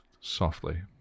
softly